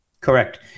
Correct